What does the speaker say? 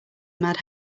mad